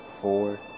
four